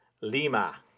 Lima